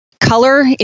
color